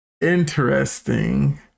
Interesting